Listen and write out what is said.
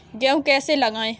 गेहूँ कैसे लगाएँ?